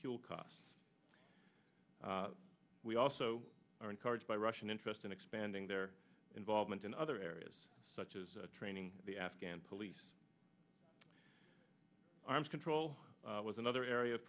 fuel costs we also are encouraged by russian interest in expanding their involvement in other areas such as training the afghan police arms control was another area of